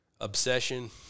obsession